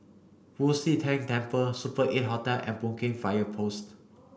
Fu Xi Tang Temple Super Eight Hotel and Boon Keng Fire Post